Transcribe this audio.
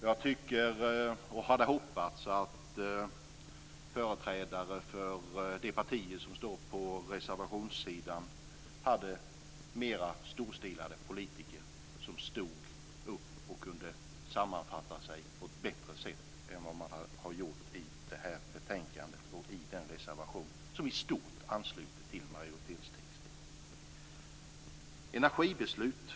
Jag hade hoppats att företrädarna för de partier som står på reservationssidan skulle vara mera storstilade politiker som stod upp och kunde sammanfatta sig på ett bättre sätt än man har gjort i det här betänkandet och i den reservation som i stort ansluter till majoritetstexten.